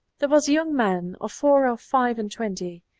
there was a young man of four or five and twenty,